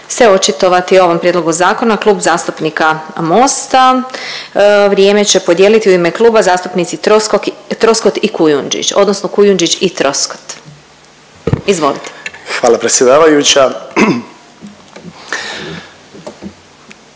se očitovati o ovom prijedlogu zakona Klub zastupnika Mosta. Vrijeme će podijeliti u ime kluba zastupnici Troskot i Kujundžić, odnosno Kujundžić i Troskot. Izvolite. **Kujundžić,